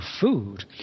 food